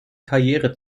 karriere